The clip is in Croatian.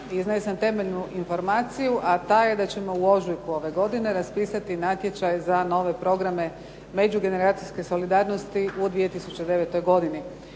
iznesem temeljnu informaciju a ta je da ćemo u ožujku ove godine raspisati natječaj za nove programe međugeneracijske solidarnosti u 2009. godini.